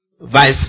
vice